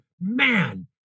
Man